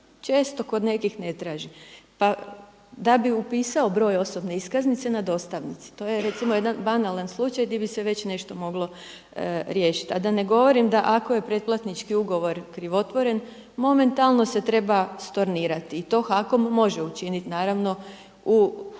često kod nekih ne traži. Pa da bi upisao broj osobne iskaznice na dostavnici, to je recimo jedan banalan slučaj gdje bi se već nešto moglo riješiti. A da ne govorim ako je pretplatnički ugovor krivotvoren, momentalno se treba stornirati i to HAKOM može učiniti naravno u dogovoru